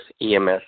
EMS